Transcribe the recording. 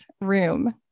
room